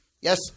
yes